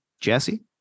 jesse